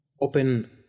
open